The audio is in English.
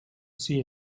see